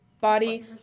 body